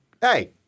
Hey